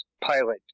pilot